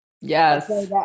Yes